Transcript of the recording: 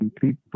people